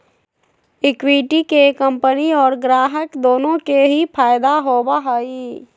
equity के company और ग्राहक दुन्नो के ही फायद दा होबा हई